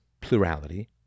plurality